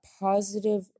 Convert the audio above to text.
positive